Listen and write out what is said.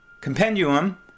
compendium